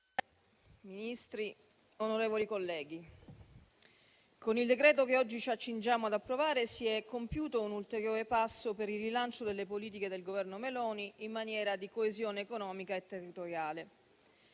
Ministri, onorevoli colleghi, con il decreto che oggi ci accingiamo ad approvare si è compiuto un ulteriore passo per il rilancio delle politiche del Governo Meloni in materia di coesione economica e territoriale,